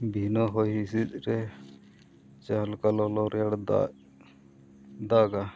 ᱵᱤᱱᱟᱹ ᱦᱚᱭᱦᱤᱸᱥᱤᱫᱽ ᱨᱮ ᱡᱟᱦᱟᱸ ᱞᱮᱠᱟ ᱞᱚᱞᱚ ᱨᱮᱭᱟᱲ ᱫᱟᱜ ᱫᱟᱜᱟᱭ